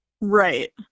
Right